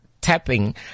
Tapping